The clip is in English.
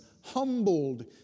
humbled